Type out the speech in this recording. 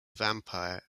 vampire